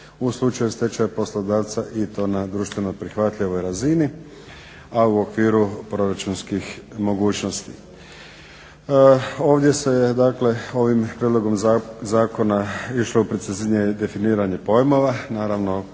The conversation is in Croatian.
u slučaju stečaja poslodavca i to na društveno prihvatljivoj razini, a u okviru proračunskih mogućnosti. Ovdje se dakle ovim prijedlogom zakona išlo u preciznije definiranje pojmova